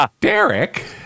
Derek